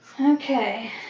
Okay